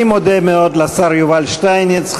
אני מודה מאוד לשר יובל שטייניץ.